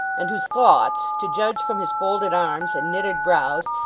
and whose thoughts to judge from his folded arms and knitted brows,